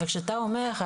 כשאתה אומר,